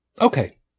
Okay